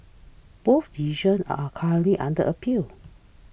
both decisions are currently under appeal